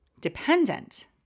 dependent